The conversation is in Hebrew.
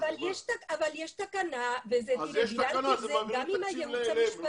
אבל יש תקנה וביררתי את זה גם עם הייעוץ המשפטי.